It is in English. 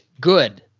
good